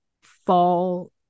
fall